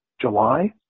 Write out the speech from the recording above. July